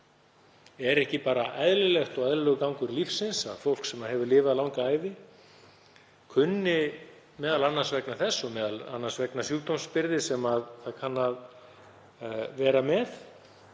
Er ekki bara eðlilegt og eðlilegur gangur lífsins að fólk sem hefur lifað langa ævi kunni, m.a. vegna þess og vegna sjúkdómsbyrði sem það kann að bera, að